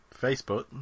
Facebook